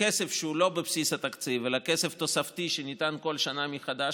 כסף שהוא לא בבסיס התקציב אלא הוא כסף תוספתי שניתן כל שנה מחדש,